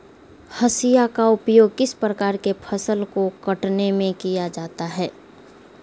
हाशिया का उपयोग किस प्रकार के फसल को कटने में किया जाता है?